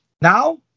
now